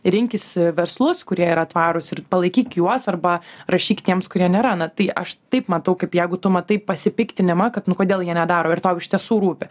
rinkis verslus kurie yra tvarūs ir palaikyk juos arba rašyk tiems kurie nėra na tai aš taip matau kaip jeigu tu matai pasipiktinimą kad nu kodėl jie nedaro ir tau iš tiesų rūpi